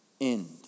end